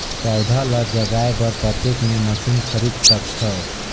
पौधा ल जगाय बर कतेक मे मशीन खरीद सकथव?